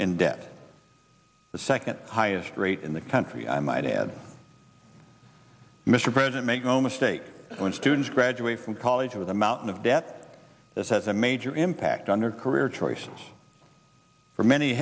in debt the second highest rate in the country i might add mr president make no mistake when students graduate from college with a mountain of debt this has a major impact on their career choices for many